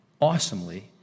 awesomely